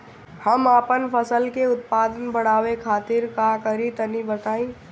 हम अपने फसल के उत्पादन बड़ावे खातिर का करी टनी बताई?